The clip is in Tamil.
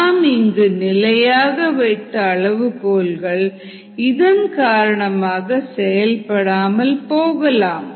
நாம் இங்கு நிலையாக வைத்த அளவுகோல்கள் இதன் காரணமாக செயல்படாமல் போகலாம்